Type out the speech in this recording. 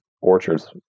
orchards